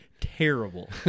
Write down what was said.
Terrible